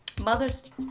Mother's